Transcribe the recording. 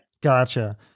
Gotcha